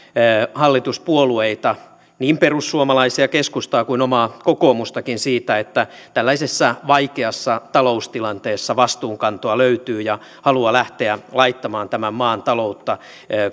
hallituspuolueita niin perussuomalaisia keskustaa kuin omaa kokoomustakin siitä että tällaisessa vaikeassa taloustilanteessa vastuunkantoa löytyy ja halua lähteä laittamaan tämän maan taloutta